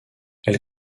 elle